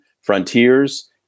frontiers